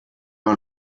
man